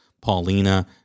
Paulina